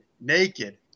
naked